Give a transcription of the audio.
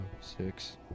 Six